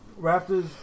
Raptors